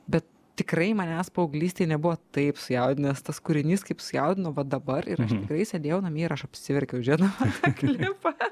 bet tikrai manęs paauglystėj nebuvo taip sujaudinęs tas kūrinys kaip sujaudino va dabar ir aš tikrai sėdėjau namie ir aš apsiverkiau žėdama tą klipą